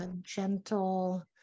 gentle